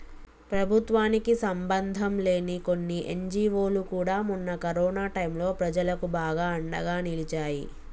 ప్రభుత్వానికి సంబంధంలేని కొన్ని ఎన్జీవోలు కూడా మొన్న కరోనా టైంలో ప్రజలకు బాగా అండగా నిలిచాయి